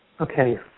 Okay